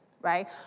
right